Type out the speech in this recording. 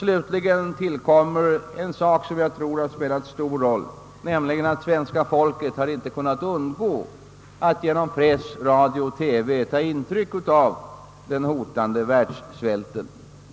Slutligen tillkommer något som jag tror har spelat en stor roll, nämligen att svenska folket inte har kunnat undgå att genom press, radio och TV ta intryck av den hotande världssvälten.